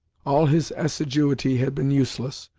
all his assiduity had been useless,